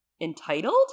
entitled